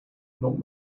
not